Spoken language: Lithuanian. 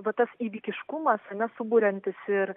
va tas įvykiškumas ar ne suburiantis ir